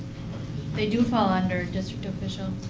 they do fall under district officials.